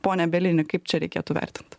pone bielini kaip čia reikėtų vertint